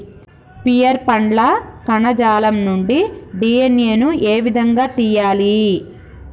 Pear పండ్ల కణజాలం నుండి డి.ఎన్.ఎ ను ఏ విధంగా తియ్యాలి?